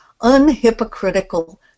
unhypocritical